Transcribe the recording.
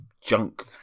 junk